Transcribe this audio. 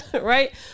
right